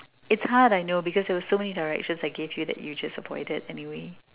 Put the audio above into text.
it's hard I know because there were so many directions I gave you that you just avoided anyway